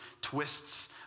twists